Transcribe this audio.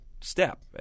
step